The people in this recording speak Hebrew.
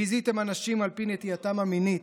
ביזיתם אנשים על פי נטייתם המינית,